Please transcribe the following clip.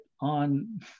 on